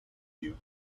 you